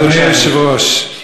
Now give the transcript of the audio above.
אדוני היושב-ראש,